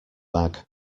bag